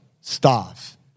staff